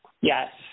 Yes